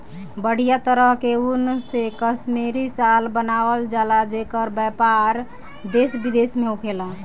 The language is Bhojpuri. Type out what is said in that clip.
बढ़िया तरह के ऊन से कश्मीरी शाल बनावल जला जेकर व्यापार देश विदेश में होखेला